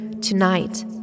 tonight